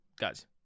guys